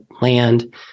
land